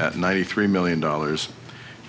at ninety three million dollars